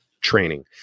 training